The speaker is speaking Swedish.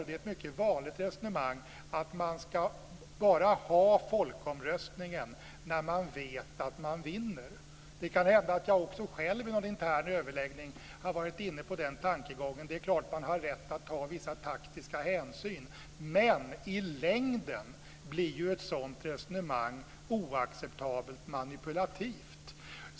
Det är ett mycket vanligt resonemang att man bara ska ha folkomröstning när man vet att man vinner. Det kan hända att jag också själv i någon intern överläggning har varit inne på den tankegången. Det är klart att man har rätt att ta vissa taktiska hänsyn. Men i längden blir ett sådant resonemang oacceptabelt manipulativt.